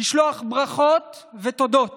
לשלוח ברכות ותודות